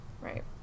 right